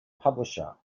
publisher